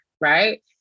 Right